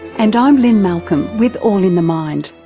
and i'm lynne malcolm with all in the mind.